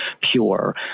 pure